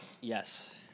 Yes